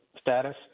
status